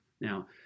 Now